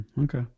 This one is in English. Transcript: Okay